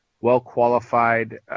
well-qualified